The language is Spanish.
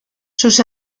sus